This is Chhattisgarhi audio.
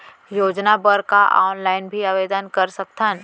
योजना बर का ऑनलाइन भी आवेदन कर सकथन?